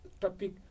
topic